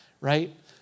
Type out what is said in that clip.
right